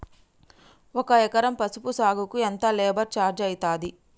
ఒక ఎకరం పసుపు సాగుకు ఎంత లేబర్ ఛార్జ్ అయితది?